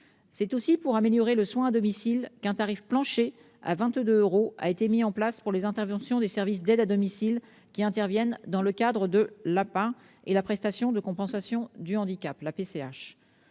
C'est aussi pour améliorer le soin à domicile qu'un tarif plancher de 22 euros a été mis en place pour les interventions des services d'aide à domicile qui interviennent dans le cadre de l'allocation personnalisée